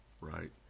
right